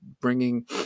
bringing